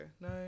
no